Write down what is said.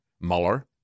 Mueller